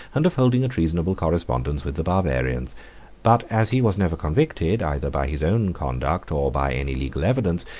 and of holding a treasonable correspondence with the barbarians but as he was never convicted, either by his own conduct or by any legal evidence,